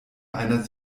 einer